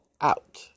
out